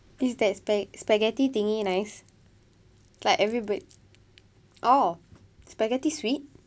is that spag~ spaghetti thingy nice like everybody oh spaghetti sweet